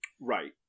Right